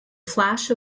flash